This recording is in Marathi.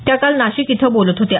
त्या काल नाशिक इथं बोलत होत्या